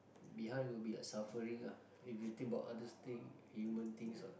behind will be like suffering ah if you think about other things human things ah